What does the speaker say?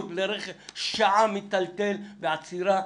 לרכב ובמשך שעה הוא מטלטל בדרכים תוך כדי עצירה,